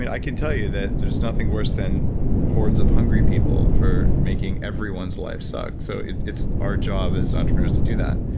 i can tell you that there's nothing worse than hordes of hungry people for making everyone's life suck. so it's it's our job as entrepreneurs to do that.